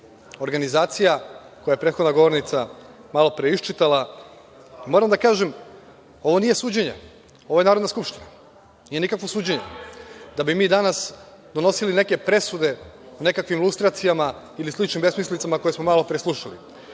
organizacija koje je prethodna govornica malo pre iščitala. Moram da kažem da ovo nije suđenje, ovo je Narodna skupština. Nije nikakvo suđenje da bi mi danas donosili neke presude o nekakvim lustracijama ili sličnim besmislicama koje smo malopre slušali. Lično,